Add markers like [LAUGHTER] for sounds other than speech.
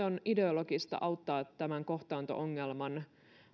[UNINTELLIGIBLE] on ideologista auttaa tämän kohtaanto ongelman